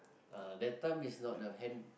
ah that time is not the hand~